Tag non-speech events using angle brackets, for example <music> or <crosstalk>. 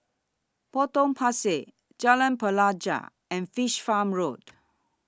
Potong Pasir Jalan Pelajau and Fish Farm Road <noise>